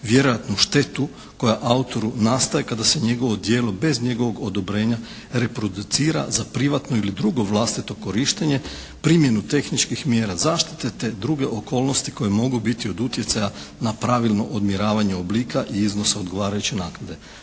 vjerojatnu štetu koja autoru nastaje, kada se njegovo djelo bez njegovog odobrenja reproducira za privatnu ili drugo vlastito korištenje, primjenu tehničkih mjera zaštite te druge okolnosti koje mogu biti od utjecaja na pravilno odmjeravanje oblika i iznosa odgovarajuće naknade.